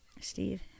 Steve